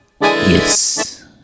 Yes